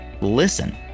listen